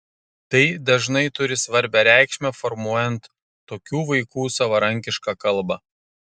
tai dažnai turi svarbią reikšmę formuojant tokių vaikų savarankišką kalbą